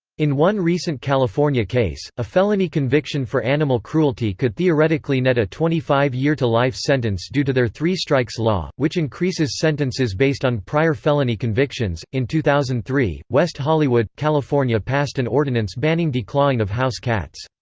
in one recent california case, a felony conviction for animal cruelty could theoretically net a twenty five year to life sentence due to their three-strikes law, which increases sentences based on prior felony convictions in two thousand and three, west hollywood, california passed an ordinance banning declawing of house cats.